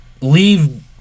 leave